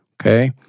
okay